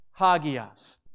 Hagias